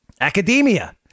Academia